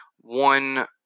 one